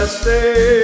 stay